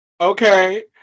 Okay